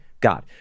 God